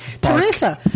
Teresa